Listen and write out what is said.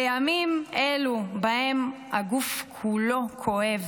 בימים אלו שבהם הגוף כולו כואב,